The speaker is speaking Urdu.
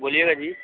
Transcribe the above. بولیے گا جی